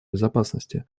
безопасности